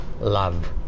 love